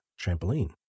trampoline